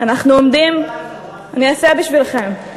אני אעשה בשבילכם: